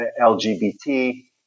LGBT